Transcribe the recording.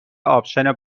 آپشن